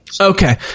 Okay